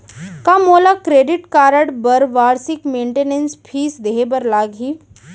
का मोला credit card बर वार्षिक मेंटेनेंस फीस देहे बर लागही?